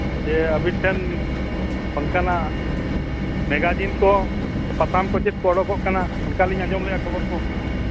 ᱟᱹᱵᱤᱱ ᱴᱷᱮᱱ ᱚᱱᱠᱟᱱᱟᱜ ᱢᱮᱜᱟᱡᱤᱱ ᱠᱚ ᱯᱟᱛᱷᱟᱢ ᱠᱚ ᱪᱮᱫ ᱠᱚ ᱚᱰᱚᱠᱚᱜ ᱠᱟᱱᱟ ᱚᱱᱠᱟ ᱞᱤᱧ ᱟᱡᱚᱢ ᱞᱮᱫᱼᱟ ᱠᱷᱚᱵᱚᱨ ᱠᱚ